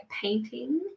painting